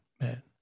man